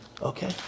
Okay